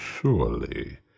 surely